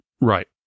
Right